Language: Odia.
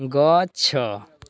ଗଛ